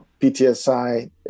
PTSI